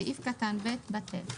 סעיף קטן (ב) בטל.